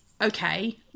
okay